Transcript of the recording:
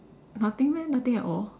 nothing meh nothing at all